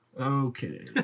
Okay